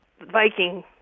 Viking